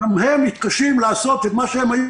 גם הם מתקשים לעשות את מה שהם היו